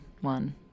one